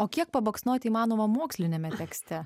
o kiek pabaksnoti įmanoma moksliniame tekste